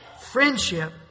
Friendship